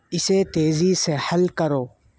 اسے تیزی سے حل کرو